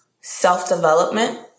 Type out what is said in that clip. self-development